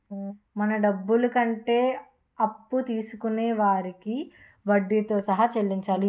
మన డబ్బులు కంటే అప్పు తీసుకొనే వారికి వడ్డీతో సహా చెల్లించాలి